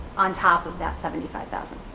on top of that seventy five thousand.